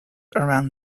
around